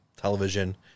television